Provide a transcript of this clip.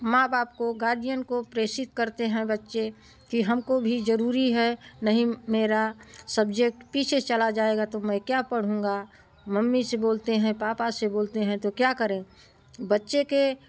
माँ बाप को गार्जियन को प्रेषित करते हैं बच्चे कि हमको भी जरूरी है नहीं मेरा सब्जेक्ट पीछे चला जाएगा तो मैं क्या पढूंगा मम्मी से बोलते हैं पापा से बोलते हैं तो क्या करें बच्चे के